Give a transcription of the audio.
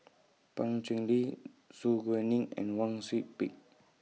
Pan Cheng Lui Su Guaning and Wang Sui Pick